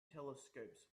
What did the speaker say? telescopes